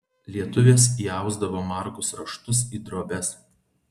lietuvės įausdavo margus raštus į drobes